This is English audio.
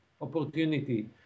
opportunity